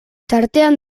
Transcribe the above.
tartean